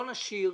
לא נשאיר